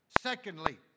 Secondly